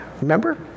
Remember